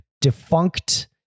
defunct